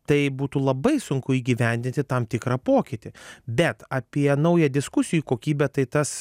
tai būtų labai sunku įgyvendinti tam tikrą pokytį bet apie naują diskusijų kokybę tai tas